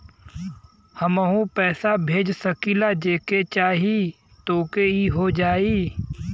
हमहू पैसा भेज सकीला जेके चाही तोके ई हो जाई?